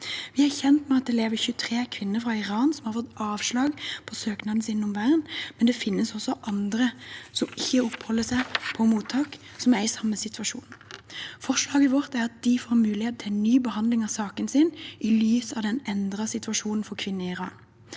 Vi er kjent med at det her lever 23 kvinner fra Iran som har fått avslag på søknaden sin om vern, men det finnes også andre som ikke oppholder seg på mottak, og som er i samme situasjon. Forslaget vårt er at de får mulighet til en ny behandling av saken sin i lys av den endrede situasjonen for kvinner i Iran.